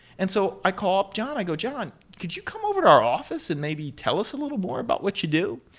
and so i called up john, i go, john, could you come over to our office and maybe tell us a little more about what you do?